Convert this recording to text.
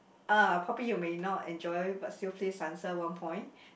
uh probably you may not enjoy but still please answer one point